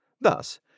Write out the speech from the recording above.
Thus